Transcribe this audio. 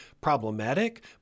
problematic